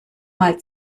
mal